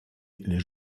les